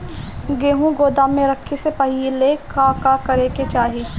गेहु गोदाम मे रखे से पहिले का का करे के चाही?